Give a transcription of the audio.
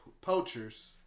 poachers